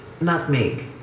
nutmeg